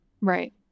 Right